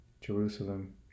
Jerusalem